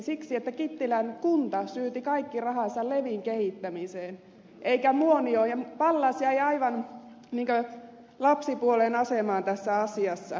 siksi että kittilän kunta syyti kaikki rahansa levin kehittämiseen eikä muonioon ja pallas jäi aivan lapsipuolen asemaan tässä asiassa